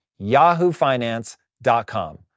yahoofinance.com